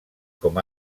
com